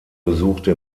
besuchte